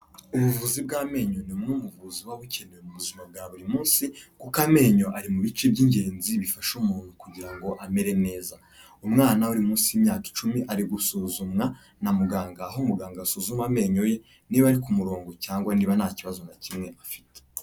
Ubuvuzi bw'amenyo ni bumwe mu buvuzima buba bukenewe mu buzima bwa buri munsi kuko amenyo ari mu bice by'ingenzi bifasha umuntu kugira ngo amere neza, umwana uri munsi y'imyaka icumi ari gusuzumwa na muganga, aho umuganga asuzuma amenyo ye niba ari ku murongo cyangwa niba nta kibazo na kimwe afite.